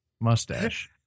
mustache